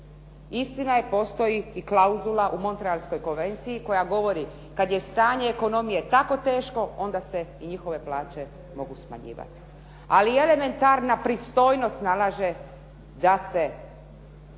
Istina je, postoji i klauzula u montrealskoj konvenciji koja govori, kada je stanje ekonomije tako teško onda se i njihove plaće mogu smanjivati. Ali elementarna pristojnost nalaže da se